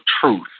truth